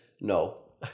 No